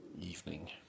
evening